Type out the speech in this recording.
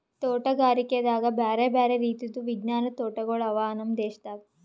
ತೋಟಗಾರಿಕೆದಾಗ್ ಬ್ಯಾರೆ ಬ್ಯಾರೆ ರೀತಿದು ವಿಜ್ಞಾನದ್ ತೋಟಗೊಳ್ ಅವಾ ನಮ್ ದೇಶದಾಗ್